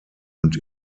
und